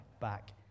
back